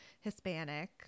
Hispanic